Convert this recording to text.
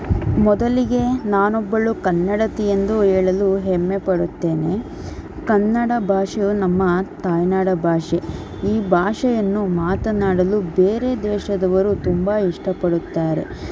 ಮೊದಲಿಗೆ ನಾನೊಬ್ಬಳು ಕನ್ನಡತಿ ಎಂದು ಹೇಳಲು ಹೆಮ್ಮೆಪಡುತ್ತೇನೆ ಕನ್ನಡ ಭಾಷೆಯು ನಮ್ಮ ತಾಯ್ನಾಡ ಭಾಷೆ ಈ ಭಾಷೆಯನ್ನು ಮಾತನಾಡಲು ಬೇರೆ ದೇಶದವರು ತುಂಬ ಇಷ್ಟಪಡುತ್ತಾರೆ